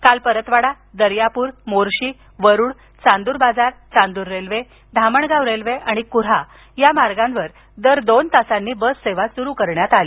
काल Paratwada Daryapur Morshi Warud Chandurbazar Chandur railway Dhamangaon railway आणि कुऱ्हा या मार्गावर दर दोन तासांनी बस सेवा सुरू करण्यात आली